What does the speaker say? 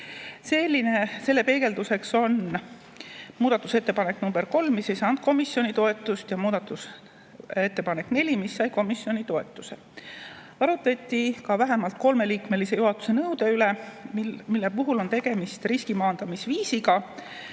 kaudu. Selle peegelduseks on muudatusettepanek nr 3, mis ei saanud komisjoni toetust, ja muudatusettepanek nr 4, mis sai komisjoni toetuse. Arutati ka vähemalt kolmeliikmelise juhatuse nõude üle. Selle puhul on tegemist riskimaandamisviisiga,